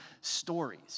stories